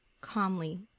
calmly